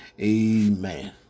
Amen